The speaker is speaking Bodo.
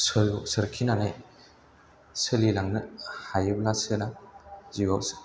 सो सोरखिनानै सोलिलांनो हायोब्लासो जिउआव